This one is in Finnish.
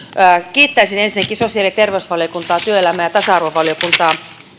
kiittäisin ensinnäkin sosiaali ja terveysvaliokuntaa sekä työelämä ja tasa arvovaliokuntaa